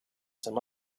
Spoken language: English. some